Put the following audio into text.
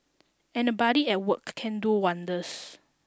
and a buddy at work can do wonders